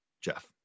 Jeff